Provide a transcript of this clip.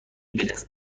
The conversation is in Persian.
بدست